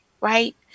right